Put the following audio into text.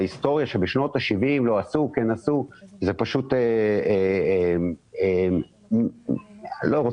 הצורה הזאת שבה אתה מתבטא פוגעת רק בך ובאג'נדה החשובה שאתה רוצה